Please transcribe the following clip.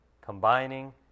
combining